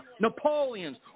Napoleons